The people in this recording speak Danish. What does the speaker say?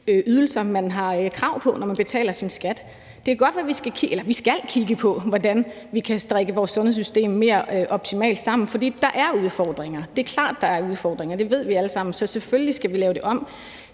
ydelser, man har krav på, når man betaler sin skat. Vi skal kigge på, hvordan vi kan strikke vores sundhedssystem mere optimalt sammen, for der er udfordringer. Det er klart, at der er udfordringer; det ved vi alle sammen. Så selvfølgelig skal vi lave det om.